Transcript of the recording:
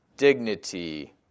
Dignity